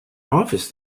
office